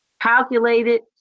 calculated